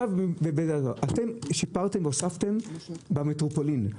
שיפרתם במטרופולין,